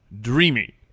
dreamy